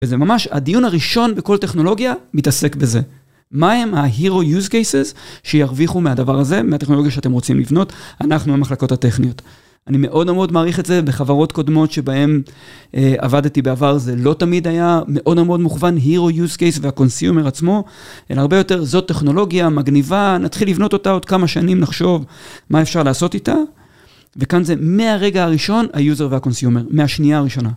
וזה ממש, הדיון הראשון בכל טכנולוגיה, מתעסק בזה. מה הם ה-Hero use cases שירוויחו מהדבר הזה, מהטכנולוגיה שאתם רוצים לבנות, אנחנו המחלקות הטכניות. אני מאוד מאוד מעריך את זה בחברות קודמות שבהן עבדתי בעבר, זה לא תמיד היה מאוד מאוד מוכוון Hero use case וה consumer עצמו, אלא הרבה יותר זאת טכנולוגיה מגניבה, נתחיל לבנות אותה עוד כמה שנים, נחשוב מה אפשר לעשות איתה, וכאן זה מהרגע הראשון ה-User וה consumer, מהשנייה הראשונה.